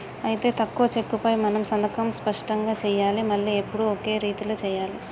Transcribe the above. అయితే ఈ చెక్కుపై మనం సంతకం స్పష్టంగా సెయ్యాలి మళ్లీ ఎప్పుడు ఒకే రీతిలో సెయ్యాలి